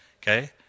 okay